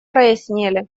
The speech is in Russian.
прояснели